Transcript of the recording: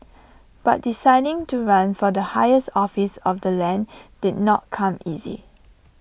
but deciding to run for the highest office of the land did not come easy